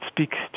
Speaks